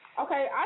Okay